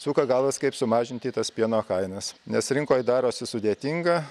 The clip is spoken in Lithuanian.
suka galvas kaip sumažinti tas pieno kainas nes rinkoj darosi sudėtinga